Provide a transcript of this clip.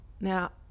Now